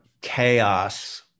chaos